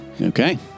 Okay